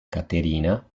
caterina